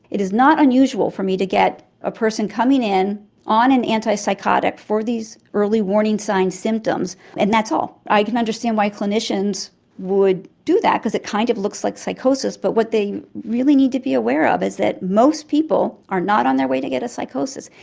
it is not unusual for me to get a person coming in on an antipsychotic for these early warning signs and symptoms, and that's all. i can understand why clinicians would do that because it kind of looks like psychosis, but what they really need to be aware of is that most people are not on their way to get a psychosis.